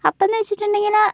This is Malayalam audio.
അപ്പൊന്നു വെച്ചിട്ടുണ്ടെങ്കില്